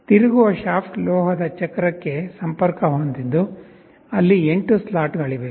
ತಿರುಗುವ ಶಾಫ್ಟ್ ಲೋಹದ ಚಕ್ರಕ್ಕೆ ಸಂಪರ್ಕ ಹೊಂದಿದ್ದು ಅಲ್ಲಿ 8 ಸ್ಲಾಟ್ಗಳಿವೆ